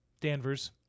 Danvers